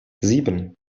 sieben